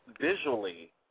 visually